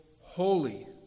holy